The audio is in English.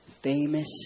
famous